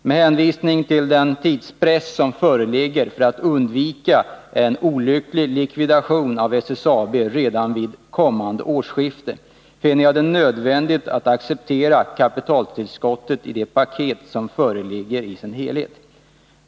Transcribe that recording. Med hänvisning till den tidspress som föreligger för att undvika en olycklig likvidation av SSAB redan vid kommande årsskifte finner jag det nödvändigt att acceptera kapitaltillskottet i dess helhet i det paket som föreligger.